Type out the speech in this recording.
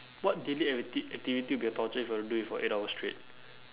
what daily acti~ activity will be a torture if I had to do it for eight hours straight